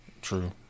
True